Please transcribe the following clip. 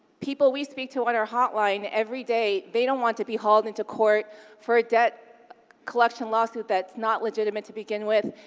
people we speak to on our hotline, every day, they don't want to be hauled into court for a debt collection lawsuit that's not legitimate to begin with,